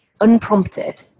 unprompted